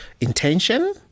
intention